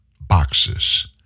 boxes